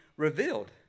revealed